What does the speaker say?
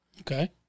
Okay